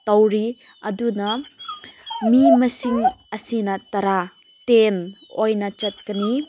ꯇꯧꯔꯤ ꯑꯗꯨꯅ ꯃꯤ ꯃꯁꯤꯡ ꯑꯁꯤꯅ ꯇꯔꯥ ꯇꯦꯟ ꯑꯣꯏꯅ ꯆꯠꯀꯅꯤ